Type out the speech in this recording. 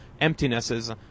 emptinesses